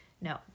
No